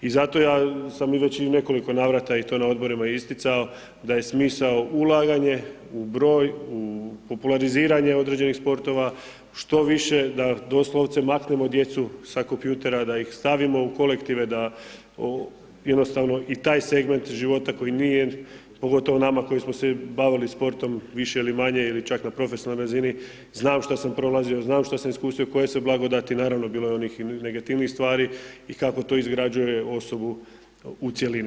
I zato ja sam već i u nekoliko navrata i to na odborima isticao, da je smisao ulaganje u broj, u populariziranje određenih sportova, što više da doslovce maknemo djecu sa kompjutera, da ih stavimo u kolektive, da jednostavno i taj segment života koji nije, pogotovo nama koji smo se bavili sportom, više ili manje, ili čak na profesionalnoj razini, znam što sam prolazio, znam što sam iskusio, koje sve blagodati, naravno bilo je onih i negativnijih stvari i kako to izgrađuje osobu u cjelini.